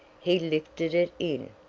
he lifted it in.